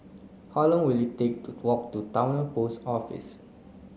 how long will it take to walk to Towner Post Office